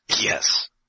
Yes